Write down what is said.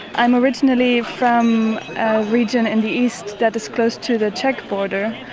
i'm originally from a region in the east that is close to the czech border,